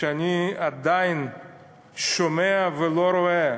כשאני עדיין שומע, ולא רואה,